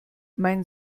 mein